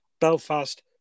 Belfast